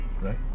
Right